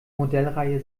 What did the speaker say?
modellreihe